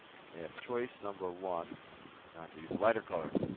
and they have choice number one now i have to use a lighter color